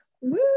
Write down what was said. Woo